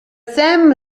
sam